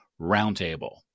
Roundtable